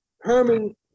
Herman